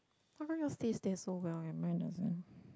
how come yours stays there so well and mine doesn't